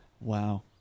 Wow